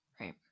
Right